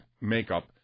makeup